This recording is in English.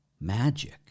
magic